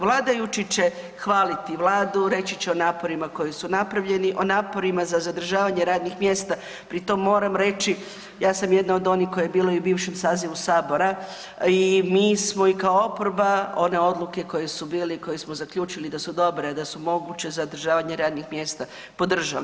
Vladajući će hvaliti Vladu, reći će o naporima koji su napravljeni, o naporima za zadržavanje radnih mjesta, pri tom moram reći, ja sam jedna od onih koja je bila i u bivšem sazivu Sabora i mi smo i kao oporba one odluke koje su bile i koje smo zaključili da su dobre, da su moguće, zadržavanje radnih mjesta, podržali.